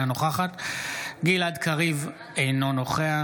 אינה נוכחת אריאל קלנר,